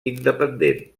independent